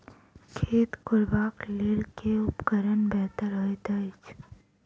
खेत कोरबाक लेल केँ उपकरण बेहतर होइत अछि?